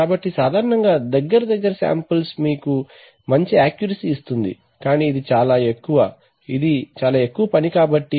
కాబట్టి సాధారణంగా దగ్గరి శాంప్లింగ్ మీకు మంచి యాక్యూరసీ ఇస్తుంది కానీ ఇది చాలా ఎక్కువ కానీ ఇది ఎక్కువ పని కాబట్టి